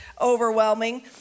overwhelming